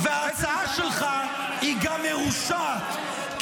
ההצעה שלך היא גם מרושעת,